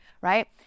right